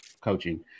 coaching